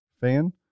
fan